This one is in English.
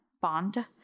bond